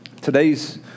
today's